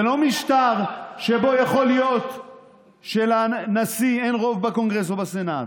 זה לא משטר שבו יכול להיות שלנשיא אין רוב בקונגרס או בסנאט,